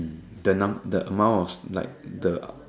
the num the amount of like the